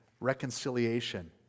reconciliation